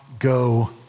go